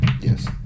Yes